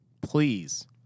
Please